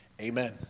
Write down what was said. amen